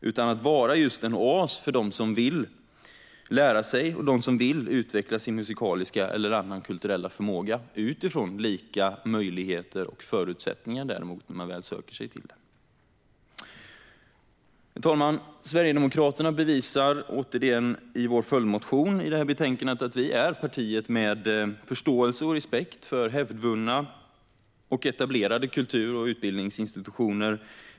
Det ska vara just en oas för dem som vill lära sig och för dem som vill utveckla sin musikaliska förmåga eller andra kulturella förmågor. Det ska däremot vara lika möjligheter och förutsättningar när man väl söker sig dit. Herr talman! Vi sverigedemokrater bevisar återigen i vår följdmotion när det gäller detta betänkande att vi är partiet med förståelse och respekt för hävdvunna och etablerade kultur och utbildningsinstitutioner.